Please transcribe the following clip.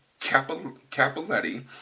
Capoletti